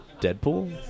Deadpool